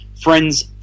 friends